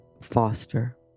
Foster